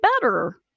better